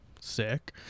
sick